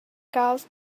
caused